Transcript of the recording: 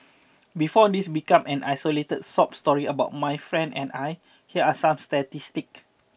before this become an isolated sob story about my friend and I here are some statistics